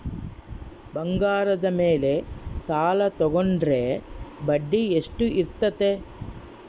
ಬಂಗಾರದ ಮೇಲೆ ಸಾಲ ತೋಗೊಂಡ್ರೆ ಬಡ್ಡಿ ಎಷ್ಟು ಇರ್ತೈತೆ?